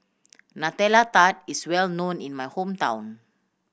Nutella Tart is well known in my hometown